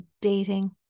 dating